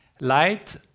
Light